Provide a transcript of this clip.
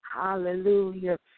hallelujah